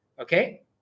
Okay